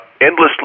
endlessly